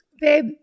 Babe